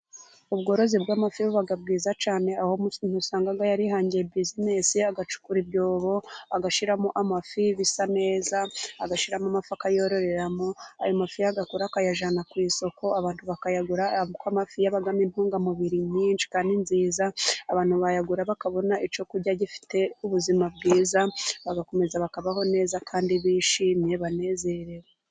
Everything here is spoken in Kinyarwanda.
Ubworozi bw'amafi buba bwiza cyane, aho usanga umuntu yarihangiye bizinesi agacukura ibyobo agashiramo amafi, bisa neza agashiramo amafi akayororeramo ayo mafi agakura akayajyana ku isoko abantu bakayagura, kuko amafi yabamo intungamubiri nyinshi kandi nziza, abantu bayagura bakabona icyo kurya gifite ubuzima bwiza bagakomeza bakabaho neza kandi bishimye banezerewe.